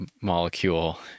molecule